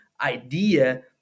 idea